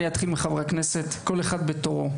אני אתחיל מחברי הכנסת כל אחד בתורו,